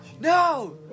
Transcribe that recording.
No